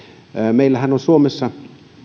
meillähän suomessa